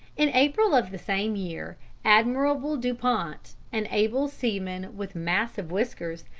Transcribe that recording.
in april of the same year admiral dupont, an able seaman with massive whiskers,